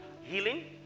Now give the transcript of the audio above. healing